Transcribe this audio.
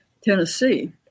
Tennessee